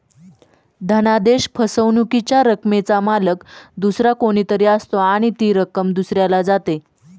धनादेश फसवणुकीच्या रकमेचा मालक दुसरा कोणी तरी असतो आणि ती रक्कम दुसऱ्याला जाते